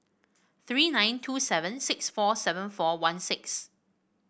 three nine two seven six four seven four one six